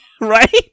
Right